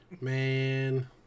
Man